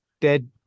dead